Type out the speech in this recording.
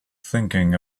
thinking